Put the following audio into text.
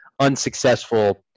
unsuccessful